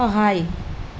সহায়